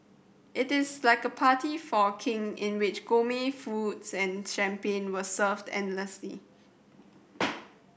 it is like a party for a King in which foods and champagne was served endlessly